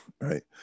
right